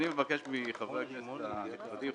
אני מבקש מחברי הכנסת הנכבדים,